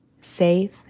safe